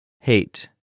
Hate